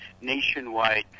nationwide